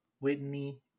Whitney